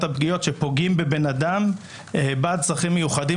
הפגיעות שפוגעים בבן אדם בצרכים המיוחדים,